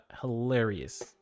hilarious